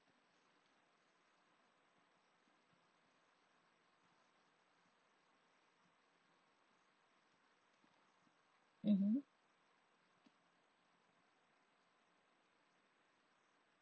mmhmm